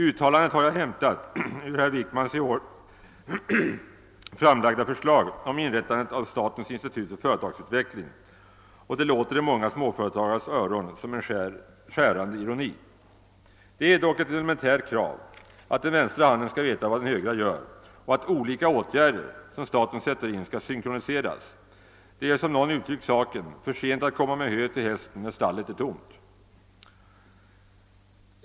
Uttalandet har jag hämtat ur herr Wickmans i år framlagda förslag om inrättande av statens institut för företagsutveckling, och det låter i många småföretagares öron som en skärande ironi. Det är dock ett elementärt krav att den vänstra handen skall veta vad den högra gör och att olika åtgärder som staten sätter in skall synkroniseras. Det är, som någon har uttryckt saken, för sent att komma med hö till hästen när stallet är tomt.